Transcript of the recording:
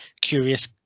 curious